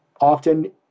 often